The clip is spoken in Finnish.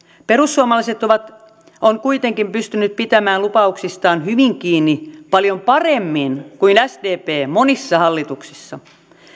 perussuomalaiset ovat kuitenkin pystyneet pitämään lupauksistaan hyvin kiinni paljon paremmin kuin sdp monissa hallituksissa